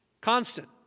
Constant